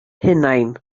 hunain